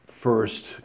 First